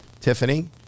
Tiffany